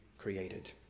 created